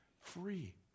free